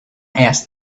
asked